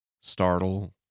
startle